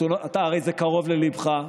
הרי זה קרוב לליבך.